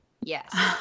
Yes